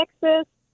Texas